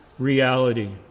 reality